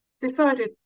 decided